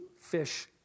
fish